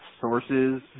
sources